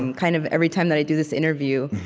and kind of every time that i do this interview.